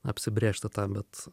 apsibrėžti tą bet